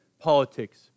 politics